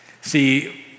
See